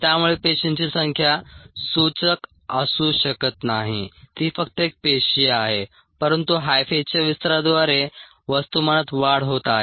त्यामुळे पेशींची संख्या सूचक असू शकत नाही ती फक्त एक पेशी आहे परंतु हायफेच्या विस्ताराद्वारे वस्तुमानात वाढ होत आहे